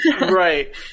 Right